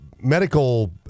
medical